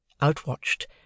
outwatched